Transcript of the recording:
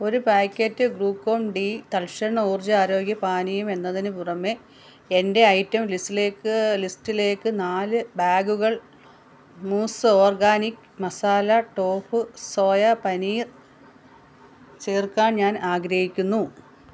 ഒരു packet Glucon D തൽക്ഷണ ഊർജ്ജ ആരോഗ്യ പാനീയം എന്നതിന് പുറമെ എന്റെ ഐറ്റം ലിസ്റ്റിലേക്ക് ലിസ്റ്റിലേക്ക് നാല് ബാഗുകൾ മൂസ് organic masala tofu soya paneer ചേർക്കാൻ ഞാൻ ആഗ്രഹിക്കുന്നു